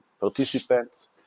participants